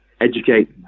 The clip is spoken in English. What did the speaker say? educate